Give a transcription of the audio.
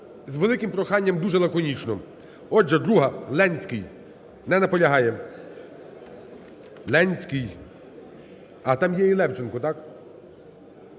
з великим проханням дуже лаконічно. Отже, друга, Ленський. Не наполягає. Ленський. А, там є і Левченко, так.